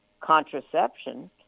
contraception